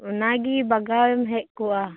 ᱚᱱᱟᱜᱤ ᱵᱟᱜᱟᱣᱮᱢ ᱦᱮᱡ ᱠᱚᱜᱼᱟ